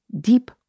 deep